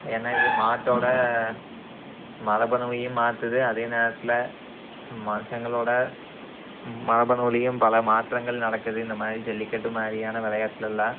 ஏன்னா இது நாட்டோடய மரபணுவையும் மாற்றுது அதே நேரத்தில் மனுஷங்களோடய மரபணுவுலேயும் பல மாற்றங்கள் நடக்குது இந்தமாதிரி ஜல்லிக்கட்டு மாதிரியான விளையாட்லல்லாம்